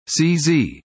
CZ